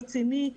רציני,